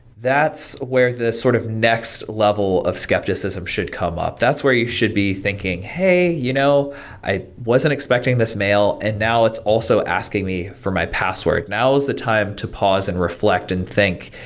that's where the sort of next level of skepticism should come up, that's where you should be thinking, hey, you know i wasn't expecting this mail and now it's also asking me for my password. now is the time to pause and reflect and think,